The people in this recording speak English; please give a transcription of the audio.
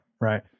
Right